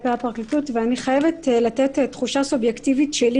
כלפי הפרקליטות ואני חייב לתת תחושה סובייקטיבית שלי,